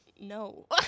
no